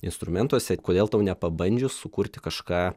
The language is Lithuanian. instrumentuose kodėl tau nepabandžius sukurti kažką